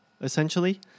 essentially